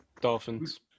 Dolphins